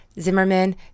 Zimmerman